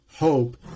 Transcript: Hope